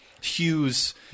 Hughes